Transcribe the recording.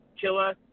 Killa